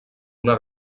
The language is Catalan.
una